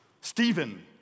Stephen